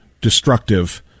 destructive